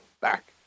Back